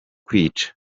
kwica